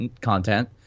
content